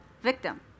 victim